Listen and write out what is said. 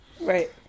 Right